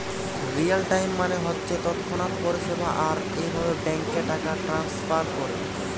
real time মানে হচ্ছে তৎক্ষণাৎ পরিষেবা আর এভাবে ব্যাংকে টাকা ট্রাস্নফার কোরে